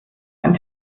ein